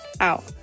out